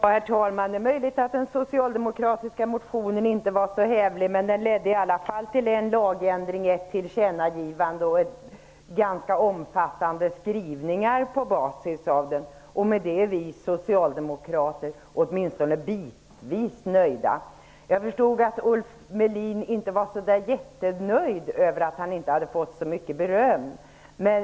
Herr talman! Det är möjligt att den socialdemokratiska motionen inte var så hävlig, men den ledde i alla fall till en lagändring, ett tillkännagivande och ganska omfattande skrivningar. Med det är vi socialdemokrater åtminstone bitvis nöjda. Jag förstod att Ulf Melin inte var sådär jättenöjd med att han inte hade fått så mycket beröm.